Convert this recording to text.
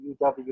UW